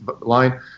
line